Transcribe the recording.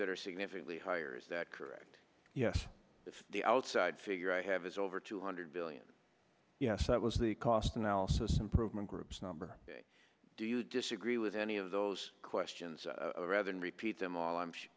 that are significantly higher is that correct yes if the outside figure i have is over two hundred billion yes that was the cost analysis improvement group's number do you disagree with any of those questions rather than repeat them all i'm sure